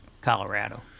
colorado